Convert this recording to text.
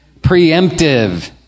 preemptive